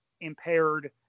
Impaired